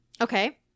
Okay